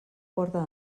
porta